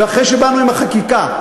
ואחרי שבאנו עם החקיקה,